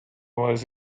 was